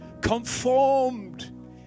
conformed